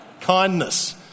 kindness